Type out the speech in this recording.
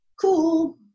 cool